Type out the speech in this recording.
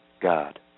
God